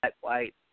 white